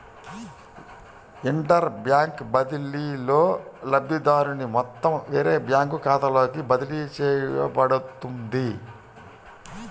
inter bank బదిలీలో, లబ్ధిదారుని మొత్తం వేరే బ్యాంకు ఖాతాలోకి బదిలీ చేయబడుతుంది